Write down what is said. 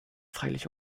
freilich